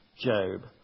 Job